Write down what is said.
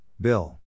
Bill